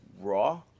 Raw